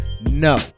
No